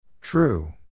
True